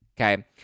Okay